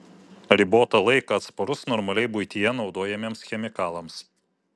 ribotą laiką atsparus normaliai buityje naudojamiems chemikalams